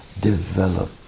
develop